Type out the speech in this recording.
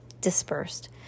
dispersed